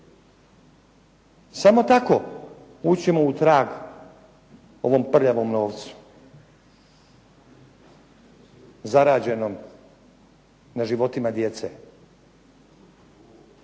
Samo tako ući ćemo u trag ovom prljavom novcu, zarađenom na životima djece.